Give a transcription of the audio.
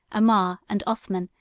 omar, and othman,